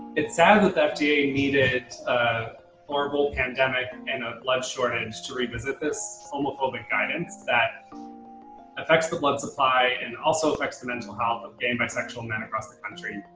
it's sad that the fda needed a horrible pandemic and a blood shortage to revisit this homophobic guidance that affects the blood supply and also affects the mental health of gay and bisexual men across the country.